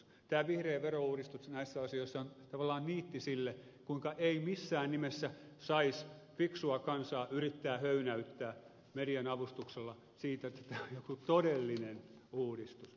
tämä vihreä verouudistus näissä asioissa on tavallaan niitti sille kuinka ei missään nimessä saisi fiksua kansaa yrittää höynäyttää median avustuksella siinä että tämä on joku todellinen uudistus